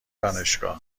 دانشگاه